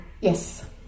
Yes